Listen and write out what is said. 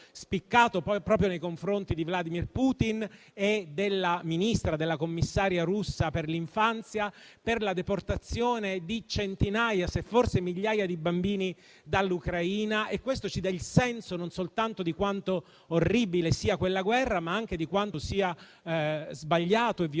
proprio nei confronti di Vladimir Putin e della commissaria russa per l'infanzia per la deportazione di centinaia, forse migliaia di bambini dall'Ucraina. Questo ci dà il senso non soltanto di quanto orribile sia quella guerra, ma anche di quanto sia sbagliato e violento